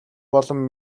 болон